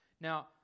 Now